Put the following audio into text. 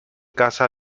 casa